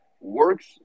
works